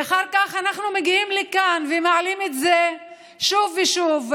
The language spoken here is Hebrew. ואחר כך אנחנו מגיעים לכאן ומעלים את זה שוב ושוב,